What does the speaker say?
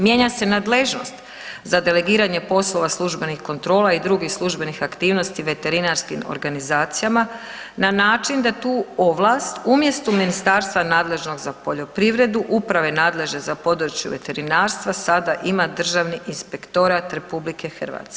Mijenja se nadležnost za delegiranje poslova službenih kontrola i drugih službenih aktivnosti veterinarskim organizacijama, na način da tu ovlast, umjesto ministarstva nadležnog za poljoprivredu, uprave nadležne za područje veterinarstva, sada ima Državni inspektorat RH.